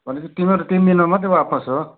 भनेपछि तिमीहरू तिन दिनमा मात्रै वापस हो